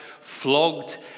flogged